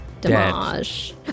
damage